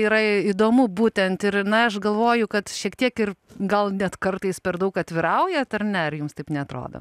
yra įdomu būtent ir na aš galvoju kad šiek tiek ir gal net kartais per daug atviraujat ar ne ar jums taip neatrodo